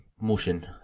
motion